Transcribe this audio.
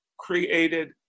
created